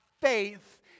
faith